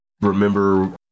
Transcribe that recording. remember